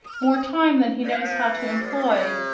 more time than he knows how to employ,